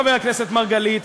חבר הכנסת מרגלית,